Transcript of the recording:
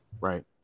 Right